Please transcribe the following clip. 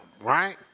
right